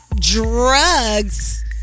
drugs